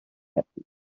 happy